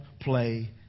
play